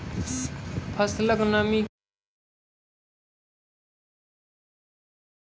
फसलक नमी के नुकसान सॅ कुना बचैल जाय सकै ये?